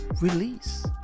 release